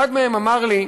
אחד מהם אמר לי: